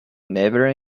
never